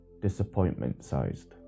Disappointment-sized